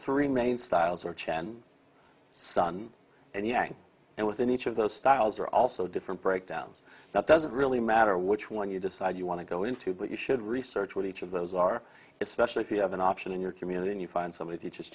three main styles are chan son and yang and within each of those styles are also different breakdowns that doesn't really matter which one you decide you want to go into but you should research what each of those are especially if you have an option in your community and you find somebody